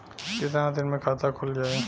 कितना दिन मे खाता खुल जाई?